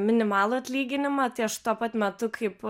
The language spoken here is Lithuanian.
minimalų atlyginimą tai aš tuo pat metu kaip